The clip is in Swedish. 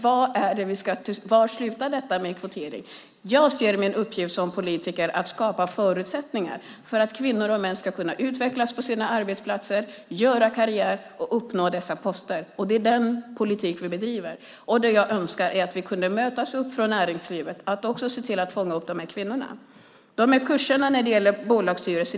Var slutar kvoteringen? Jag ser min uppgift som politiker att skapa förutsättningar för att kvinnor och män ska utvecklas på sina arbetsplatser, göra karriär och uppnå dessa poster. Det är den politik vi bedriver. Jag önskar att vi kunde fånga upp dessa kvinnor i näringslivet. Sedan var det frågan om kurser för bolagsstyrelser.